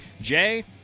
Jay